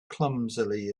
clumsily